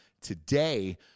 today